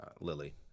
Lily